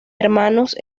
hermanos